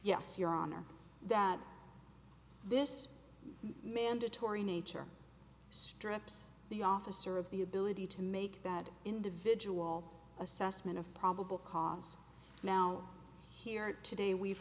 yes your honor that this mandatory nature strips the officer of the ability to make that individual assessment of probable cause now here today we've